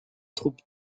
troupes